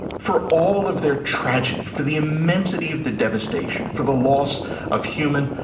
for all of their tragedy, for the immensity of the devastation, for the loss of human,